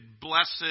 blessed